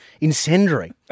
incendiary